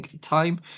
Time